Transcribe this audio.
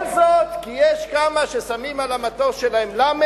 כל זאת כי יש כמה ששמים על המטוס שלהם "ל",